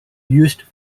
used